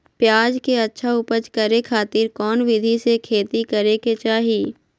प्याज के अच्छा उपज करे खातिर कौन विधि से खेती करे के चाही?